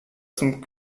zum